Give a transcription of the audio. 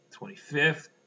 25th